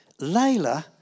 Layla